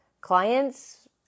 clients